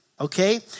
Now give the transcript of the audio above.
okay